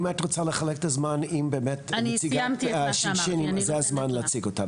אם את רוצה לחלק את הזמן באמת עם הנציגה השינשינית זה הזמן להציג אותה,